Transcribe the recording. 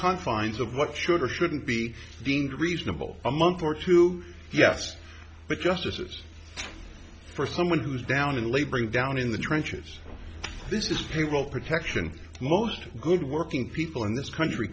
confines of what should or shouldn't be deemed reasonable a month or two yes but justices for someone who's down and laboring down in the trenches this is payroll protection most good working people in this country